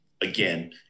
again